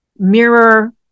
mirror